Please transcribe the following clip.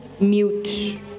mute